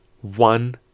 one